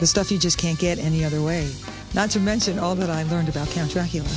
the stuff you just can't get any other way not to mention all that i learned about cancer h